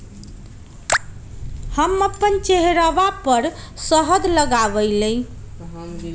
हम अपन चेहरवा पर शहद लगावा ही